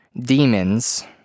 demons